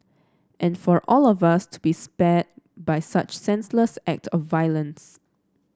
and for all of us to be spared by such senseless act of violence